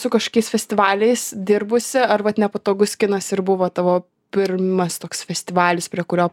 su kažkokiais festivaliais dirbusi ar vat nepatogus kinas ir buvo tavo pirmas toks festivalis prie kurio